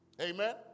Amen